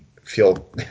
feel